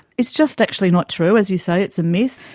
it's just actually not true, as you say, it's a myth.